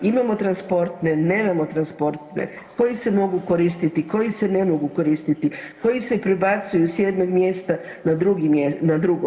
Imamo transportne, nemamo transportne, koji se mogu koristiti, koji se ne mogu koristiti, koji se prebacuju sa jednog mjesta na drugo.